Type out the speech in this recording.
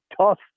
tough